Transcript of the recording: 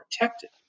protected